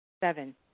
Seven